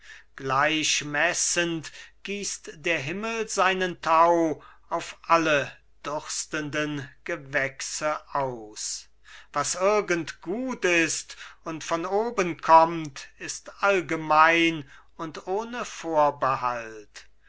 gleichmessend gießt der himmel seinen tau auf alle durstenden gewächse aus was irgend gut ist und von oben kommt ist allgemein und ohne vorbehalt